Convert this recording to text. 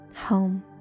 home